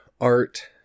art